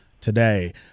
today